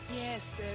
yes